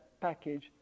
package